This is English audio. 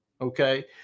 okay